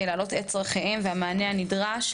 לעלות את הצרכים שלהם ואת המענה הנדרש.